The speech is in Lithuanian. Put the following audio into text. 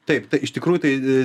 taip tai iš tikrųjų tai